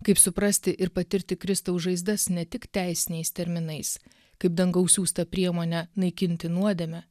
kaip suprasti ir patirti kristaus žaizdas ne tik teisiniais terminais kaip dangaus siųstą priemonę naikinti nuodėmę